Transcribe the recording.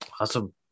awesome